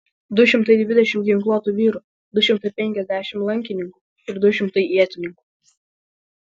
du šimtai dvidešimt ginkluotų vyrų du šimtai penkiasdešimt lankininkų ir du šimtai ietininkų